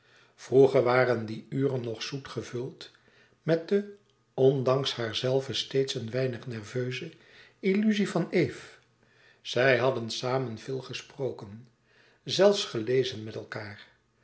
vroeger waren die uren nog zoet gevuld met de ondanks haar zelve steeds een weinig nerveuze illuzie van eve zij hadden samen veel gesproken zelfs gelezen met elkaâr